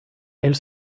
elle